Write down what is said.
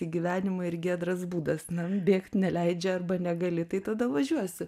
į gyvenimą ir giedras būdas bėgt neleidžia arba negali tai tada važiuosi